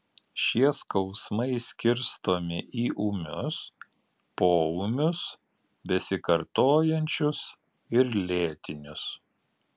šie skausmai skirstomi į ūmius poūmius besikartojančius ir lėtinius